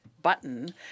Button